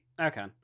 okay